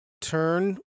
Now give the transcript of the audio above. turn